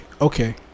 Okay